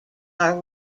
are